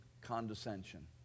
condescension